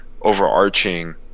overarching